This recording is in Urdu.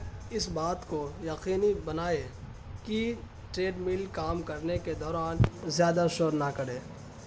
اس بات کو یقینی بنائیں کہ ٹریڈ مل کام کرنے کے دوران زیادہ شور نہ کرے